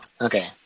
Okay